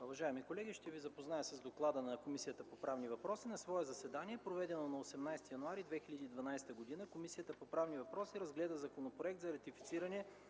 уважаеми колеги, ще ви запозная с доклада на Комисията по правни въпроси. „На свое заседание, проведено на 16 февруари 2011 г., Комисията по правни въпроси обсъди Законопроект за изменение